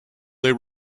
they